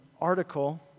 article